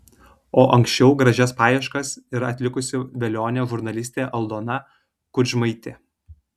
o anksčiau gražias paieškas yra atlikusi velionė žurnalistė aldona kudžmaitė